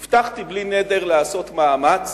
הבטחתי, בלי נדר, לעשות מאמץ